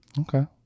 Okay